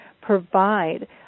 provide